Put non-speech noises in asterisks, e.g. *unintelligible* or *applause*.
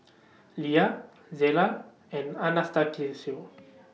Lia Zela and *unintelligible*